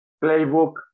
playbook